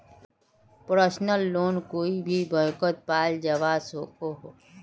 personal loan कोए भी बैंकोत पाल जवा सकोह